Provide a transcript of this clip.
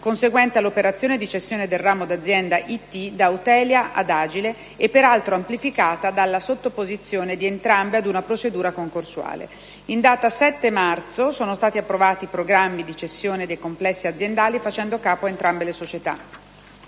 conseguente all'operazione di cessione del ramo d'azienda IT da Eutelia ad Agile e, peraltro, amplificata dalla sottoposizione di entrambe a una procedura concorsuale. In data 7 marzo sono stati approvati i programmi di cessione dei complessi aziendali facenti capo a entrambe le società.